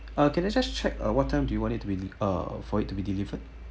uh can I just check uh what time do you want it to be uh for it to be delivered